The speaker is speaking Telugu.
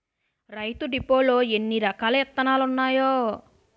రైతు డిపోలో ఎన్నిరకాల ఇత్తనాలున్నాయో